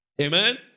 Amen